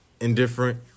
indifferent